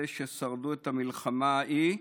מאלה ששרדו במלחמה ההיא,